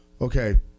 okay